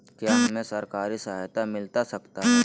क्या हमे सरकारी सहायता मिलता सकता है?